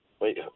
Wait